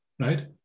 right